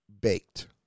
baked